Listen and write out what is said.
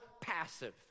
passive